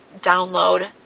download